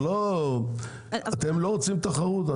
אתם לא רוצים תחרות,